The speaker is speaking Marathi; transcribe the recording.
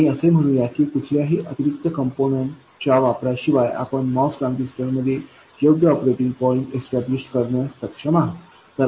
आणि असे म्हणू या की कुठल्याही अतिरिक्त कम्पोनन्टच्या वापरा शिवाय आपण MOS ट्रान्झिस्टर मध्ये योग्य ऑपरेटिंग पॉईंट इस्टॅब्लिश establish स्थापित करण्यास सक्षम आहोत